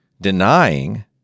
denying